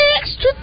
extra